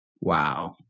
wow